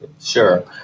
Sure